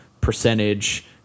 percentage